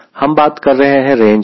हम बात कर रहे हैं रेंज की